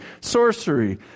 sorcery